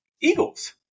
Eagles